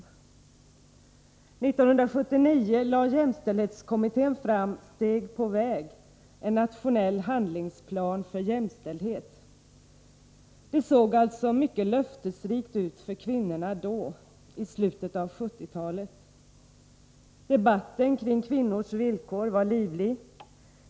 1979 lade jämställdhetskommittén fram ”Steg på väg”, en nationell handlingsplan för jämställdhet. Det såg alltså mycket löftesrikt ut för kvinnorna då — i slutet av 1970-talet. Debatten kring kvinnors villkor var livlig.